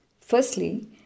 Firstly